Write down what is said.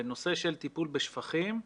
בנושא של טיפול בשפכים,